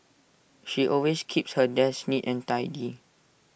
she always keeps her desk neat and tidy